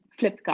Flipkart